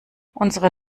unsere